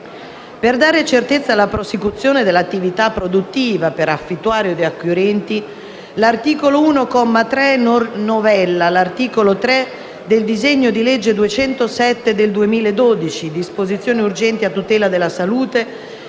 Per dare certezza alla prosecuzione dell'attività produttiva per affittuari o acquirenti, l'articolo 1, comma 3, novella l'articolo 3 del decreto-legge n. 207 del 2012 recante: «Disposizioni urgenti a tutela della salute,